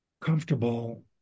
comfortable